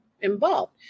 involved